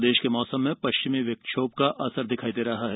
प्रदेश के मौसम में पश्चिमी विक्षोभ का असर दिखाई दे रहा है